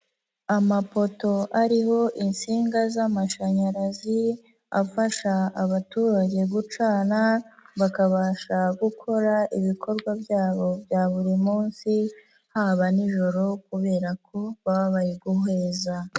Amapoto ariho insinga z' amashanyarazi, afasha abaturage gucana, bakabasha gukora ibikorwa byabo bya buri munsi, haba nijoro kubera ko baba bari guhweza.